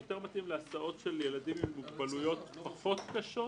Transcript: זה יותר מתאים להסעות של ילדים עם מוגבלויות פחות קשות